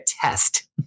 test